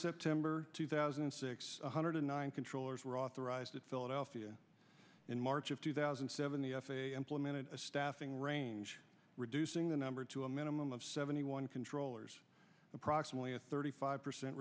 september two thousand and six hundred nine controllers were authorized at philadelphia in march of two thousand and seven the f a a implemented a staffing range reducing the number to a minimum of seventy one controllers approximately a thirty five percent